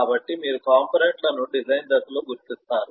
కాబట్టి మీరు కంపోనెంట్ లను డిజైన్ దశలో గుర్తిస్తారు